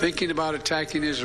אני מחדש את ישיבת הכנסת.